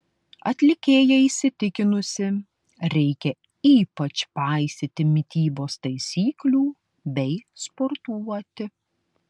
atlikėja įsitikinusi reikia ypač paisyti mitybos taisyklių bei sportuoti